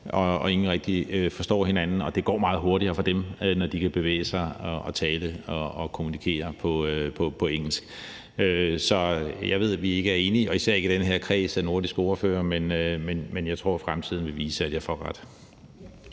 og ingen rigtig forstår hinanden, og det går meget hurtigere for dem, når de kan gebærde sig, tale og kommunikere på engelsk. Så jeg ved, vi ikke er enige, og især ikke i den her kreds af nordiske ordførere, men jeg tror, at fremtiden vil vise, at jeg får ret.